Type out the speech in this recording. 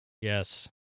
Yes